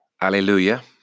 Alleluia